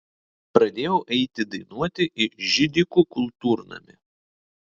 pradėjau eiti dainuoti į židikų kultūrnamį